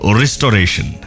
restoration